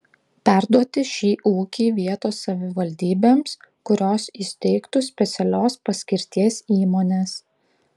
perduoti šį ūkį vietos savivaldybėms kurios įsteigtų specialios paskirties įmones